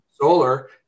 solar